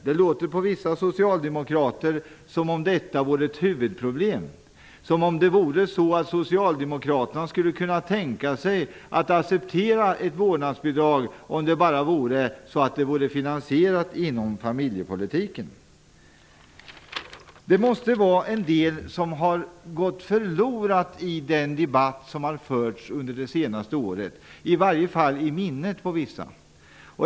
Det låter på vissa socialdemokrater som om det vore ett huvudproblem och som att de skulle kunna tänka sig att acceptera ett vårdnadsbidrag om det bara vore finansierat inom ramen för familjepolitiken. Det måste vara en del som har gått förlorat i den debatt som har förts under det senaste året, i varje fall i minnet på vissa.